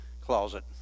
closet